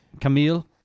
Camille